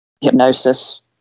hypnosis